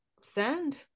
send